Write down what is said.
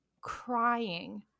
Crying